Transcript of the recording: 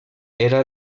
era